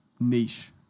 niche